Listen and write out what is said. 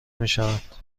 میشوند